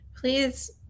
please